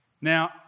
Now